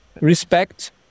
respect